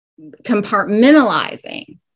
compartmentalizing